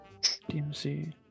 DMC